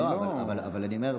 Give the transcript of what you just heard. אבל אני אומר,